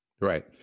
Right